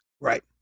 right